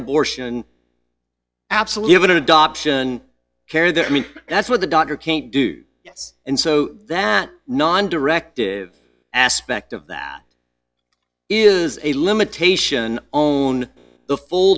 abortion absolutely adoption care that i mean that's what the doctor can't do yes and so that non directive aspect of that is a limitation on the full